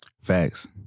Facts